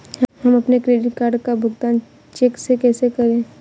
हम अपने credit card का भुगतान चेक से कैसे करें?